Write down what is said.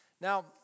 Now